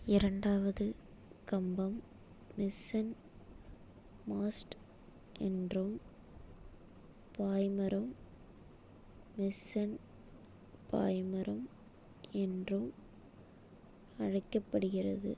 இரண்டாவது கம்பம் மிஸ்ஸென்மாஸ்ட் என்றும் பாய்மரம் மிஸ்ஸென் பாய்மரம் என்றும் அழைக்கப்படுகிறது